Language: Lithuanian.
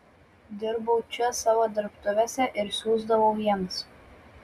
dirbau čia savo dirbtuvėse ir siųsdavau jiems